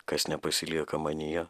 kas nepasilieka manyje